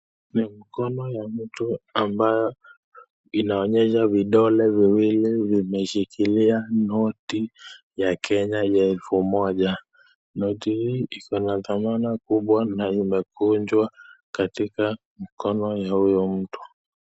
Ni mkono ya mtu ambayo inaonyesha vidole viwili vimeshikilia noti ya Kenya ya elfu moja. Noti hii iko na thamana kubwa na imekunjwa katika mkono ya huyo mtu.